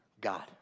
God